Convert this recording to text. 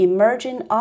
Emerging